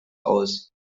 aus